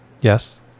Yes